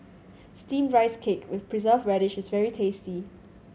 Steamed Rice Cake with Preserved Radish is very tasty